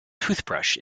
toothbrush